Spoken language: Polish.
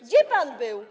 Gdzie pan był?